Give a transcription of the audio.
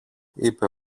είπε